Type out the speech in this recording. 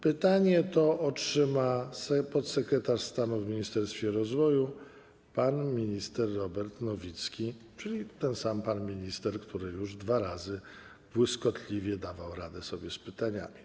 Pytanie to otrzyma podsekretarz stanu w Ministerstwie Rozwoju pan minister Robert Nowicki, czyli ten sam pan minister, który już dwa razy błyskotliwie dawał sobie radę z pytaniami.